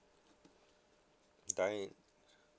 dining